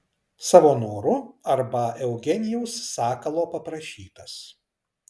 savo noru arba eugenijaus sakalo paprašytas